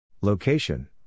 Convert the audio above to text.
Location